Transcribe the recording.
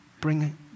bring